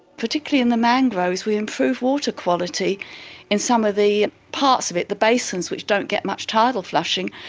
particularly in the mangroves we improve water quality in some of the parts of it, the basins which don't get much tidal flushing,